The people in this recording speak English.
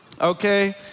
okay